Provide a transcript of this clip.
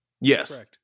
Yes